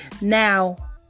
Now